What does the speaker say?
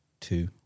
two